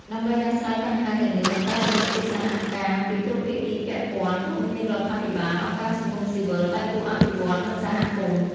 ដើម្បីដោះស្រាយបញ្ហាទាំងនេះ តម្រូវឱ្យមានកិច្ចសហការពីគ្រប់ភាគីពាក់ព័ន្ធ រួមមានរដ្ឋាភិបាល អង្គការសង្គមស៊ីវិល ដៃគូអភិវឌ្ឍន៍ និងសហគមន៍។